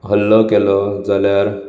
हल्लो केलो जाल्यार